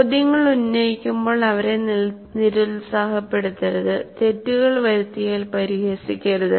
ചോദ്യങ്ങൾ ഉന്നയിക്കുമ്പോൾ അവരെ നിരുത്സാഹപ്പെടുത്തരുത് തെറ്റുകൾ വരുത്തിയാൽ പരിഹസിക്കരുത്